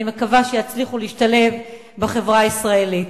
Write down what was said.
אני מקווה שיצליחו להשתלב בחברה הישראלית.